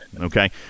okay